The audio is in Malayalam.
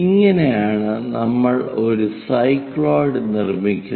ഇങ്ങനെ ആണ് നമ്മൾ ഒരു സൈക്ലോയിഡ് നിർമ്മിക്കുന്നത്